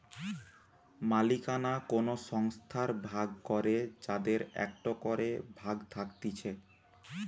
মালিকানা কোন সংস্থার ভাগ করে যাদের একটো করে ভাগ থাকতিছে